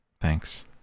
Thanks